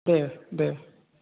दे दे